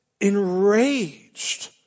enraged